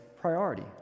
priority